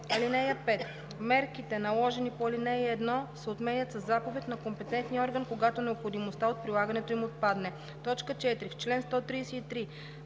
5: „(5) Мерките, наложени по ал. 1, се отменят със заповед на компетентния орган, когато необходимостта от прилагането им отпадне.“ 4. В чл. 133: